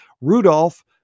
Rudolph